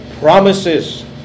promises